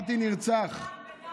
אמרתי נרצח, אמרתי נרצח.